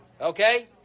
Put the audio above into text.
Okay